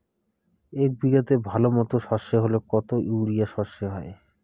এক বিঘাতে ভালো মতো সর্ষে হলে কত ইউরিয়া সর্ষে হয়?